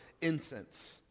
incense